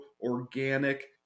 organic